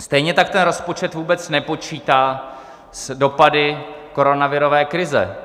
Stejně tak ten rozpočet vůbec nepočítá s dopady koronavirové krize.